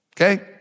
okay